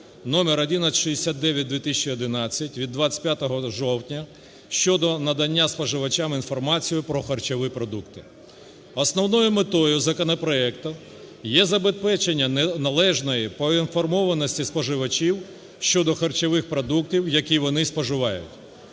ЄС № 1169/2011 від 25 жовтня щодо надання споживачам інформації про харчові продукти. Основною метою законопроекту є забезпечення належної поінформованості споживачів щодо харчових продуктів, які вони споживають.